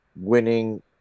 winning